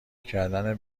کردن